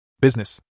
Business